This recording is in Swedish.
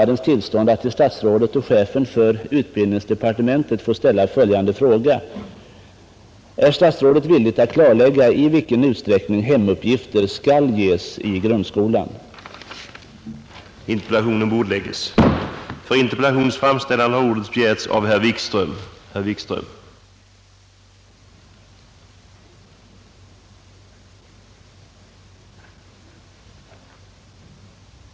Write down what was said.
——— Med en sådan intiktning av arbetet i skolan blir traditionella hemuppgifter för eleverna av underordnad betydelse. Detta är också väl motiverat på grund av det förhållandet, att man i timplanerna fastställt ett så stort veckotimtal för elevernas undervisning i skolan, att de bör få använda övrig tid varje dag för rekreation. Hemuppgifter bör följaktligen i största möjliga utsträckning vara frivilliga för eleverna. Skolledningen har ett ansvar för att detta också blir förverkligat. De frivilliga hemuppgifterna kan innebära såväl individuella åtaganden som grupp åtaganden, De förra behöver inte genomgående avse bokliga studier med inlärning av vissa fakta och övning av färdigheter.